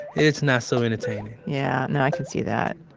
it's not so entertaining yeah. no, i can see that.